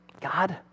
God